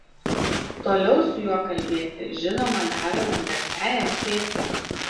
toliau su juo kalbėti žinoma davėme garsiajam pėdsekiui